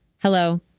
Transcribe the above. Hello